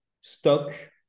stock